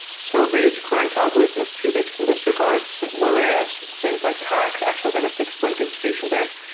sorbet's current algorithm is cubic in this regards, whereas things like hack actually had a fixed point computation there.